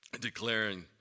declaring